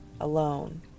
Alone